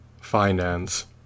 finance